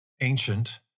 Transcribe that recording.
ancient